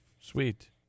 Sweet